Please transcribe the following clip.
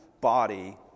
body